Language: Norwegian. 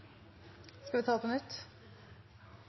skal ikke ta replikk på